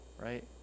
right